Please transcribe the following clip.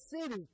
city